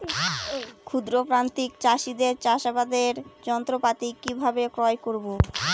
ক্ষুদ্র প্রান্তিক চাষীদের চাষাবাদের যন্ত্রপাতি কিভাবে ক্রয় করব?